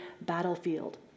battlefield